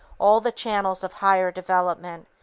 all the channels of higher development,